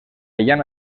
llana